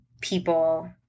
people